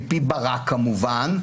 מפי ברק כמובן,